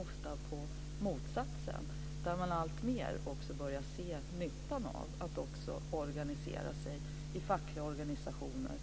och på motsatsen. Man börjar alltmer se nyttan av att också organisera sig i fackliga organisationer.